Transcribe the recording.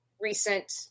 recent